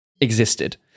existed